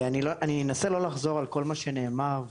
אני אנסה לא לחזור על כל מה שנאמר.